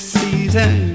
season